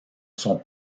sont